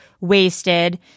wasted